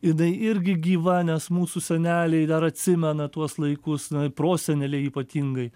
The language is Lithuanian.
jinai irgi gyva nes mūsų seneliai dar atsimena tuos laikus na proseneliai ypatingai